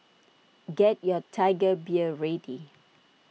get your Tiger Beer ready